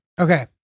Okay